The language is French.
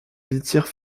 litière